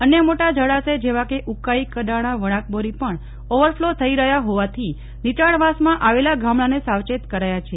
અન્ય મોટા જળાશય જેવા કે ઉકાઈ કડાણા વણાકબોરી પણ ઓવરફલો થઈ રહ્યા હોવાથી નીચાણવાસમાં આવેલા ગામડાને સાવચેત કરાયા છે